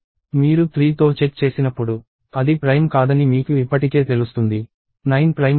మీరు 3 తో చెక్ చేసినప్పుడు అది ప్రైమ్ కాదని మీకు ఇప్పటికే తెలుస్తుంది 9 ప్రైమ్ కాదు